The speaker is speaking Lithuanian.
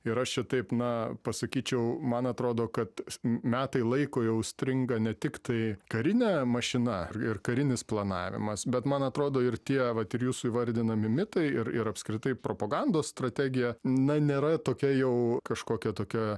ir aš čia taip na pasakyčiau man atrodo kad metai laiko jau stringa ne tiktai karinė mašina ir karinis planavimas bet man atrodo ir tie vat ir jūsų įvardinami mitai ir ir apskritai propagandos strategija na nėra tokia jau kažkokia tokia